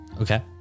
Okay